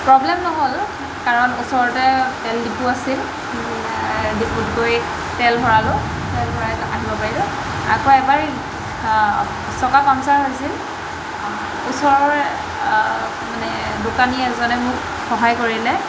problem নহ'ল কাৰণ ওচৰতে তেল ডিপু আছিল ডিপুত গৈ তেল ভৰালোঁ তেল ভৰাই আহিব পাৰিলোঁ আকৌ এবাৰ চকা পামচাৰ হৈছিল ওচৰৰ মানে দোকানী এজনে মোক সহায় কৰিলে